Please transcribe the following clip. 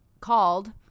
called